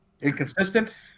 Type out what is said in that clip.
inconsistent